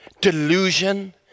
delusion